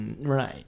Right